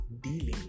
dealing